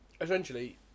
Essentially